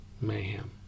mayhem